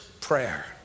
prayer